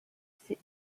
sit